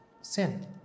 sin